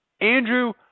Andrew